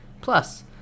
Plus